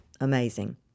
amazing